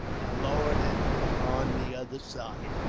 and lowered it on the other side.